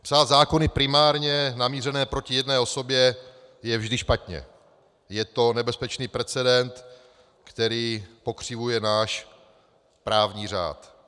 Psát zákony primárně namířené proti jedné osobě je vždy špatně, je to nebezpečný precedens, který pokřivuje náš právní řád.